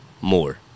more